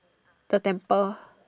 the temple